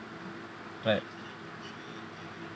right